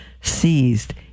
seized